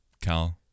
Cal